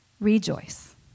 rejoice